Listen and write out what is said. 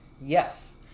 Yes